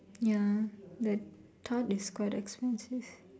ya the tart is quite expensive